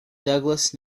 douglas